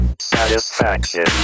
Satisfaction